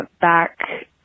back